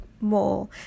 more